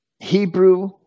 hebrew